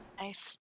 Nice